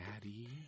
daddy